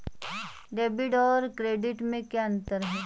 Debit और credit में क्या अंतर है?